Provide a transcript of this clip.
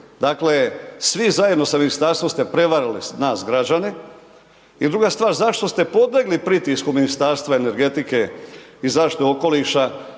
Dakle, svi zajedno sa ministarstvom ste prevarili nas građane i druga stvar, zašto ste podlegli pritisku Ministarstva energetike i zaštite okoliša